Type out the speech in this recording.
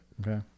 Okay